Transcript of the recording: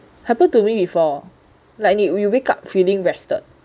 happened to me before like 你 we wake up feeling rested